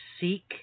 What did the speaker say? seek